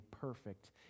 perfect